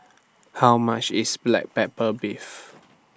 How much IS Black Pepper Beef